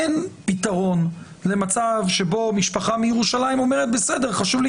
אין פתרון למצב שבו משפחה מירושלים אומרת שחשובה